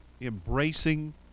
embracing